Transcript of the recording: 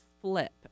flip